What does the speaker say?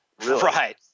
Right